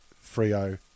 Frio